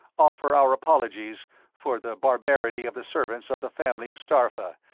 offer our apologies for the barbarity of the servants of the family of starpha,